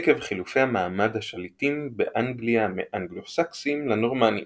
עקב חילופי המעמד השליטים באנגליה מאנגלו-סקסים לנורמנים